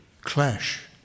clash